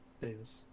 Davis